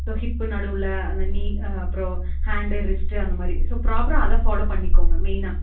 hip நடுவில் அந்த நீ அப்புறோம் ஹேண்டடு ரிஸ்ட்டு அந்தமாதிரி ஸோ பிராப்பராக அதை ஃபாலோ பண்ணிகோங்க மெயினா